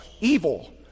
evil